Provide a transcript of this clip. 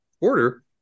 order